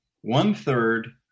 One-third